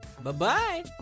Bye-bye